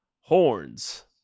horns